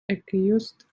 accused